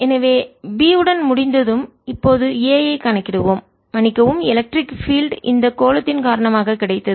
எனவே B உடன் முடிந்ததும் இப்போது A ஐ கணக்கிடுவோம் மன்னிக்கவும் எலக்ட்ரிக் பீல்ட் மின்சார புலம் இந்த கோளத்தின் காரணமாக கிடைத்தது